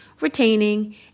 retaining